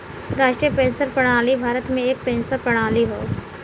राष्ट्रीय पेंशन प्रणाली भारत में एक पेंशन प्रणाली हौ